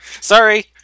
Sorry